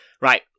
Right